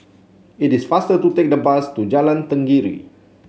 it is faster to take the bus to Jalan Tenggiri